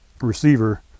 receiver